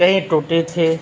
کہیں ٹوٹی تھی